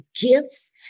gifts